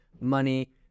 money